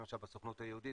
למשל בסוכנות היהודית,